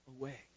away